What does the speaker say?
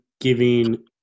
giving